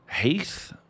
Heath